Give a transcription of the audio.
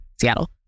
Seattle